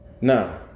Now